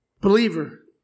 Believer